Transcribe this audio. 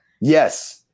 Yes